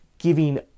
giving